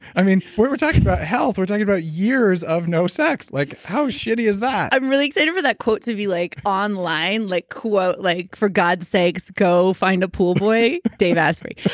i mean, we're we're talking about health. we're talking about years of no sex. like how shitty is that? i'm really excited for that quote to be like online. like like, for god sakes. go find a pool boy. dave asprey.